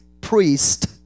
priest